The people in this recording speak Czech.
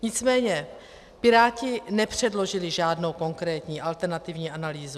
Nicméně Piráti nepředložili žádnou konkrétní alternativní analýzu.